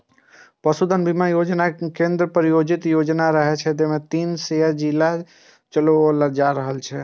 पशुधन बीमा योजना केंद्र प्रायोजित योजना रहै, जे तीन सय जिला मे चलाओल जा रहल छै